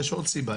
יש עוד סיבה,